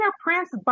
Prince